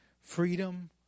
freedom